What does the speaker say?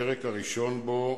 הפרק הראשון בו: